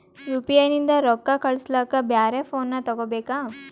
UPI ನಿಂದ ರೊಕ್ಕ ಕಳಸ್ಲಕ ಬ್ಯಾರೆ ಫೋನ ತೋಗೊಬೇಕ?